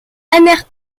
anglais